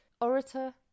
orator